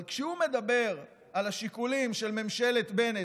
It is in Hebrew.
אבל כשהוא מדבר על השיקולים של ממשלת בנט,